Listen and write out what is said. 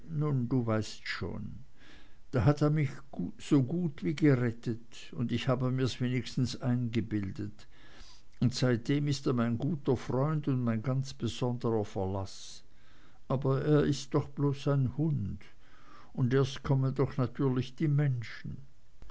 du weißt schon da hat er mich so gut wie gerettet oder ich habe mir's wenigstens eingebildet und seitdem ist er mein guter freund und mein ganz besonderer verlaß aber er ist doch bloß ein hund und erst kommen doch natürlich die menschen